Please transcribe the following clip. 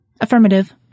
Affirmative